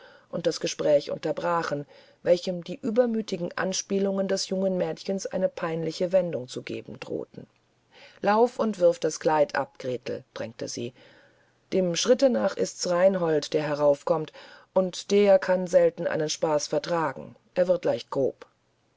und das gespräch unterbrachen welchem die übermütigen anspielungen des jungen mädchens eine peinliche wendung zu geben drohten lauf und wirf das kleid ab gretel drängte sie dem schritte nach ist's reinhold der herauskommt und der kann selten einen spaß vertragen er wird leicht grob